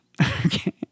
Okay